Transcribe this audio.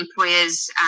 employer's